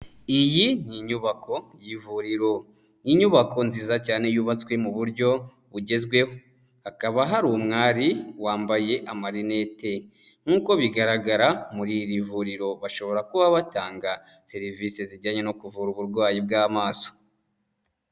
Iyi ni inyubako y'ivuriro, inyubako nziza cyane yubatswe mu buryo bugezweho, hakaba hari umwari wambaye amarinete, nkuko bigaragara muri iri vuriro bashobora kuba batanga serivise zijyanye no kuvura uburwayi bw'amaso.